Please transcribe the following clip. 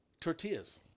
tortillas